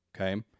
okay